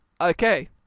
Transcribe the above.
okay